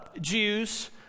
Jews